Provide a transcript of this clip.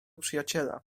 przyjaciela